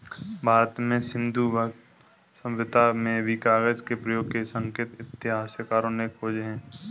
भारत में सिन्धु सभ्यता में भी कागज के प्रयोग के संकेत इतिहासकारों ने खोजे हैं